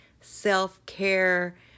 self-care